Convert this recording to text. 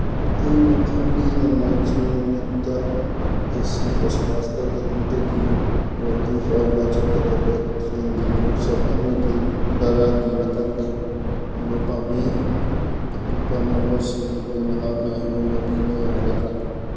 ꯑꯩ ꯃꯊꯪꯒꯤ ꯅꯣꯡꯃꯥꯏꯖꯤꯡ ꯅꯨꯃꯤꯠꯇ ꯑꯦ ꯁꯤ ꯐꯔꯁ ꯀ꯭ꯂꯥꯁꯇ ꯗꯦꯜꯍꯤꯗꯒꯤ ꯒꯨꯍꯥꯇꯤ ꯐꯥꯎꯕ ꯆꯠꯀꯗꯕ ꯇ꯭ꯔꯦꯟꯒꯤ ꯈꯣꯡꯆꯠ ꯑꯃꯒꯤ ꯚꯔꯥꯒꯤ ꯃꯇꯥꯡꯗ ꯍꯪꯕ ꯄꯥꯝꯃꯤ ꯑꯀꯨꯞꯄ ꯃꯔꯣꯜꯁꯤꯡ ꯑꯗꯨ ꯅꯍꯥꯛꯅ ꯑꯩꯉꯣꯟꯗ ꯄꯤꯕ ꯌꯥꯒꯗ꯭ꯔꯥ